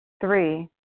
Three